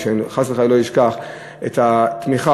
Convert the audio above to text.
שאני חס וחלילה לא אשכח את התמיכה,